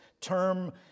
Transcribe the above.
term